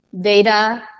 data